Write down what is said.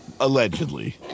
allegedly